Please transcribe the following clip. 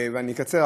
ואני אקצר,